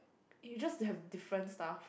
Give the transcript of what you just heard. you just have different stuff